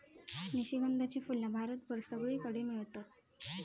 निशिगंधाची फुला भारतभर सगळीकडे मेळतत